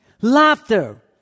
Laughter